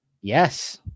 Yes